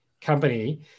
company